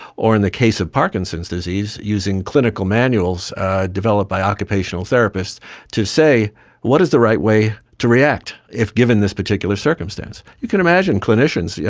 or in the case of parkinson's disease using clinical manuals developed by occupational therapists to say what is the right way to react if given this particular circumstance? you can imagine clinicians, yeah